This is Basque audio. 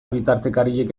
bitartekariek